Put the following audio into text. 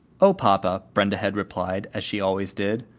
oh, papa, brenda had replied, as she always did,